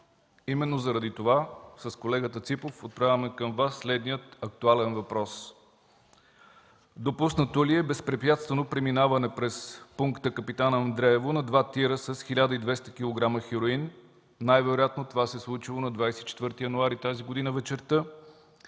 именно заради това с колегата Ципов отправяме към Вас следния актуален въпрос: допуснато ли е безпрепятствено преминаване през пункта „Капитан Андреево“ на два тира с 1200 кг хероин? Най-вероятно това се е случило на 24 януари тази година вечерта